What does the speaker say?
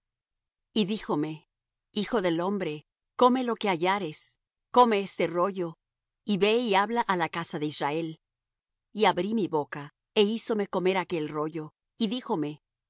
y dijome hijo del hombre come lo que hallares come este rollo y ve y habla á la casa de israel y abrí mi boca é hízome comer aquel rollo y díjome hijo del